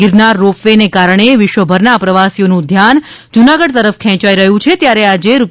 Girnar ropeway ને કારણે વિશ્વભરના પ્રવાસીઓનું ધ્યાન જૂનાગઢ તરફ ખેંચાય રહ્યું છે ત્યારે આજે રૂ